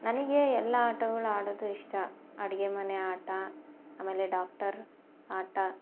ನನಗೆ ಎಲ್ಲ ಆಟಗಳು ಆಡೋದು ಇಷ್ಟ ಅಡುಗೆ ಮನೆ ಆಟ ಆಮೇಲೆ ಡಾಕ್ಟರ್ ಆಟ